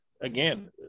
again